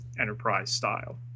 Enterprise-style